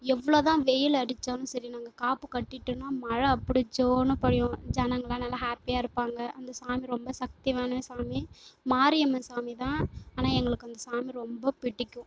எவ்வளோதான் வெயில் அடித்தாலும் சரி நாங்கள் காப்பு கட்டிட்டோம்னா மழை அப்புடி சோன்னு பொழியும் ஜனங்களா நல்லா ஹாப்பியாக இருப்பாங்க அந்த சாமி ரொம்ப சக்தியான சாமி மாரியம்மன் சாமி தான் ஆனால் எங்களுக்கு அந்த சாமி ரொம்ப பிடிக்கும்